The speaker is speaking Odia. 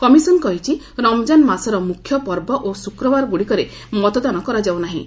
କମିଶନ୍ କହିଛି ରମଜାନ ମାସର ମୁଖ୍ୟ ପର୍ବ ଓ ଶୁକ୍ରବାର ଗୁଡ଼ିକରେ ମତଦାନ କରାଯାଉ ନାହିଁ